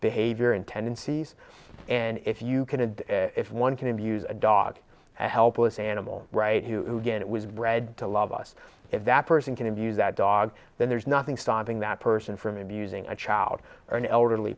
behavior and tendencies and if you can and if one can abuse a dog and helpless animal right who get it was bred to love us if that person can abuse that dog then there's nothing stopping that person from abusing a child or an elderly